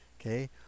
okay